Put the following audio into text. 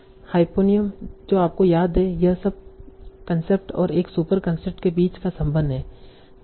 hyponym जो आपको याद है यह सब कंसेप्ट और एक सुपर कंसेप्ट के बीच का संबंध है